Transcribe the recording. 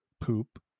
poop